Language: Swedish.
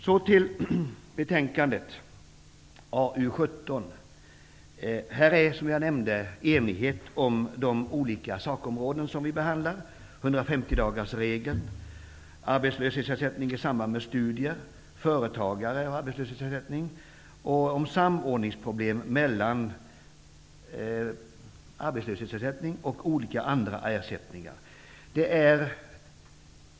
Så till betänkandet AU17. Här råder, som jag nämnde, enighet om de olika sakområden som vi behandlar; 150-dagarsregeln, arbetslöshetsersättning i samband med studier, företagares arbetslöshetsersättning och samordningsproblem mellan arbetslöshetsersättning och olika andra ersättningar.